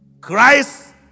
Christ